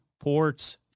ports